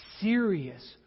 serious